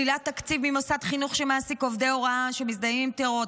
שלילת תקציב ממוסד חינוך שמעסיק עובדי הוראה שמזדהים עם טרור,